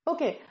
Okay